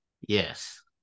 yes